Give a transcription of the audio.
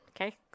Okay